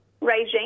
regime